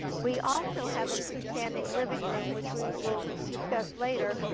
we also have a freestanding living room which we will discuss later,